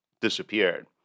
disappeared